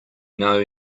know